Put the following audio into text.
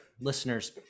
listeners